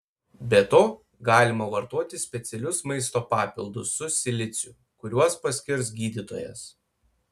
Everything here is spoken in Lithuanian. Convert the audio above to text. be to galima vartoti specialius maisto papildus su siliciu kuriuos paskirs gydytojas